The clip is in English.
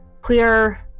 clear